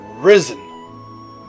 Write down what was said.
risen